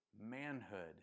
manhood